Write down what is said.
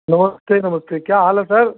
नमस्ते नमस्ते क्या हाल है सर